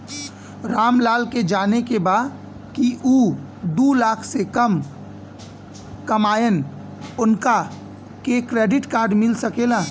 राम लाल के जाने के बा की ऊ दूलाख से कम कमायेन उनका के क्रेडिट कार्ड मिल सके ला?